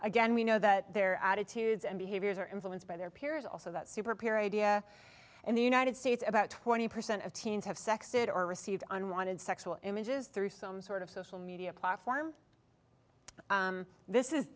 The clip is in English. again we know that their attitudes and behaviors are influenced by their peers also that super peer idea in the united states about twenty percent of teens have sex it or receive unwanted sexual images through some sort of social media platform this is